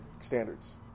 standards